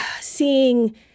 seeing